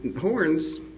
horns